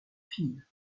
fille